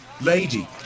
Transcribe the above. lady